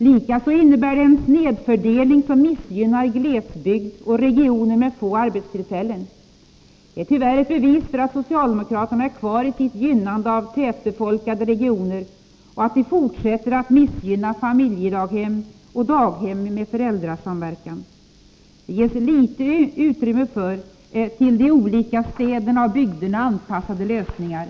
Likaså innebär det en snedfördelning som missgynnar glesbygd och regioner med få arbetstillfällen. Det är tyvärr ett bevis för att socialdemokraterna är kvar i sitt gynnande av de tätbefolkade regionerna och att de fortsätter att missgynna familjedaghem och daghem i föräldrasamverkan. Det ges litet utrymme för till de olika städerna och bygderna anpassade lösningar.